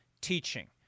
teaching